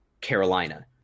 Carolina